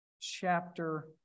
chapter